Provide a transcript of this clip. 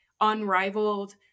unrivaled